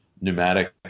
pneumatic